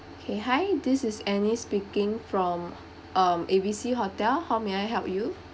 okay hi this is annie speaking from um A B C hotel how may I help you